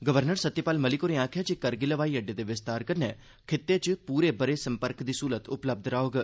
governor Satyapal Malik होरें आखेआ ऐ जे करगिल ब्हाई अड्डे दे विस्तार कन्नै खित्ते च पूरे ब'रे संपर्क दी स्हलत उपलब्ध रौहग